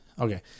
Okay